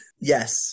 Yes